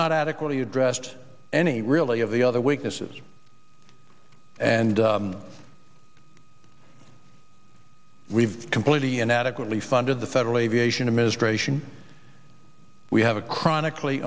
not adequately addressed any really of the other weaknesses and we've completely inadequately funded the federal aviation administration we have a chronically